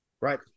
Right